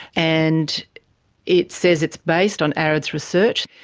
and it says it's based on areds research.